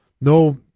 no